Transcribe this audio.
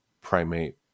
primate